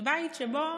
בבית שבו